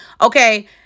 Okay